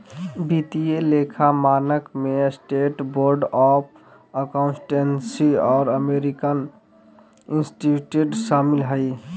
वित्तीय लेखा मानक में स्टेट बोर्ड ऑफ अकाउंटेंसी और अमेरिकन इंस्टीट्यूट शामिल हइ